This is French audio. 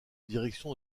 direction